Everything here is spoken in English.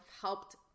helped